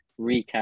recap